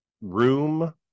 room